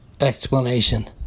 explanation